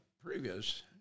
previous